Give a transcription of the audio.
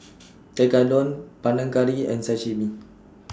Tekkadon Panang Curry and Sashimi